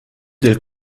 del